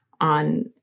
on